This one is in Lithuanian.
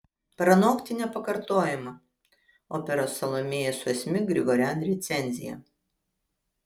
pranokti nepakartojamą operos salomėja su asmik grigorian recenzija